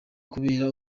kubera